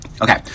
Okay